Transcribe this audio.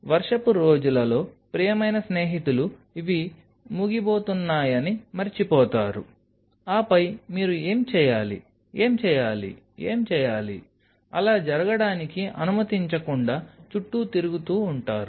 వర్షపు రోజులలో ప్రియమైన స్నేహితులు ఇవి ముగియబోతున్నాయని మరచిపోతారు ఆపై మీరు ఏమి చేయాలి ఏమి చేయాలి ఏమి చేయాలి అలా జరగడానికి అనుమతించకుండా చుట్టూ తిరుగుతూ ఉంటారు